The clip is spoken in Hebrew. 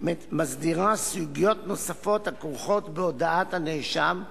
מסדירה סוגיות נוספות הכרוכות בהודאת הנאשם,